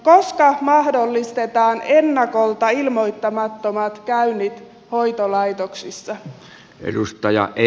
koska mahdollistetaan ennakolta ilmoittamattomat käynnit hoitolaitoksissa